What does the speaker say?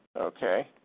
Okay